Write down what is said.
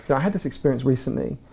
so i had this experience recently,